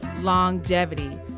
longevity